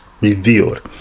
revealed